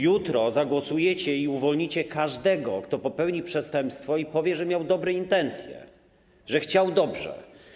Jutro zagłosujecie i uwolnicie każdego, kto popełni przestępstwo i powie, że miał dobre intencje, że chciał dobrze.